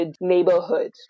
neighborhood